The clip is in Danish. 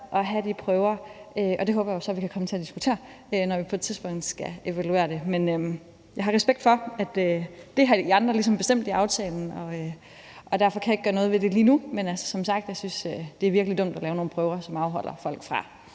at have de prøver, og det håber jeg jo så vi kan komme til at diskutere, når vi på et tidspunkt skal evaluere det. Men jeg har respekt for, at det har I andre ligesom bestemt i aftalen, og derfor kan jeg ikke gøre noget ved det lige nu, men altså som sagt synes jeg, det er virkelig dumt at lave nogle prøver, som afholder folk fra